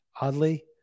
oddly